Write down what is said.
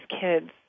kids